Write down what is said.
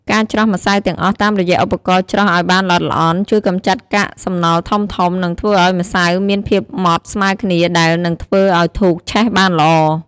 ការច្រោះម្សៅទាំងអស់តាមរយៈឧបករណ៍ច្រោះឱ្យបានល្អិតល្អន់ជួយកម្ចាត់កាកសំណល់ធំៗ និងធ្វើឱ្យម្សៅមានភាពម៉ដ្ឋស្មើគ្នាដែល នឹងធ្វើឱ្យធូបឆេះបានល្អ។